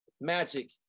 magic